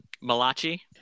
Malachi